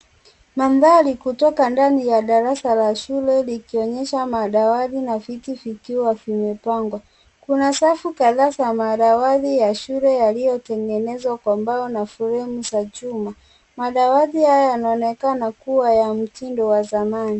Manthari kutoka ndani ya darasa la shule, likionyesha madawati na viti vikiwa vimepangwa. Kuna safu kadhaa za madawati ya shule, yaliyotengenezwa kwa mbao na fremu za chuma. Madawati haya yanaonekana kuwa ya mtindo wa zamani.